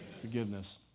Forgiveness